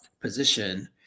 position